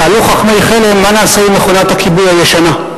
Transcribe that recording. שאלו חכמי חלם: מה נעשה עם מכונת הכיבוי הישנה?